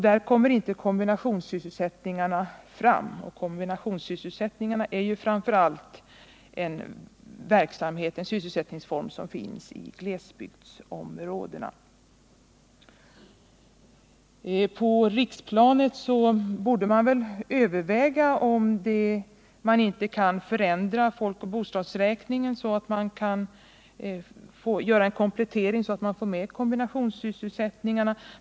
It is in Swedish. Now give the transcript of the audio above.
Där kommer dock inte kombinationssysselsättningarna fram, sysselsättningar som framför allt förekommer i glesbygdsområdena. Det finns skäl att överväga om man inte skulle kunna förändra folkoch bostadsräkningen så att man kunde få med kombinationssysselsättningarna.